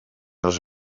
els